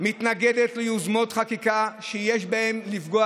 מתנגדת ליוזמות חקיקה שיש בהן לפגוע